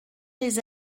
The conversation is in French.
les